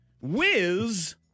Wiz